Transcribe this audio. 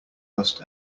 rust